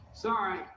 Sorry